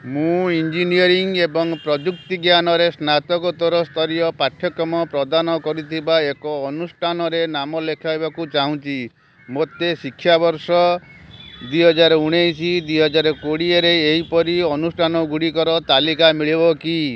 ମୁଁ ଇଞ୍ଜିନିୟରିଂ ଏବଂ ପ୍ରଯୁକ୍ତିଜ୍ଞାନରେ ସ୍ନାତକୋତ୍ତର ସ୍ତରୀୟ ପାଠ୍ୟକ୍ରମ ପ୍ରଦାନ କରିଥିବା ଏକ ଅନୁଷ୍ଠାନରେ ନାମ ଲେଖାଇବାକୁ ଚାହୁଁଛି ମୋତେ ଶିକ୍ଷାବର୍ଷ ଦୁଇହଜାର ଉଣେଇଶି ଦୁଇହଜାର କୋଡ଼ିଏରେ ଏହିପରି ଅନୁଷ୍ଠାନଗୁଡ଼ିକର ତାଲିକା ମିଳିବ କି